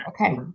Okay